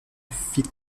fit